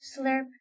slurp